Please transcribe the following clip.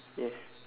yes